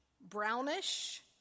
brownish